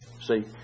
See